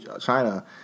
China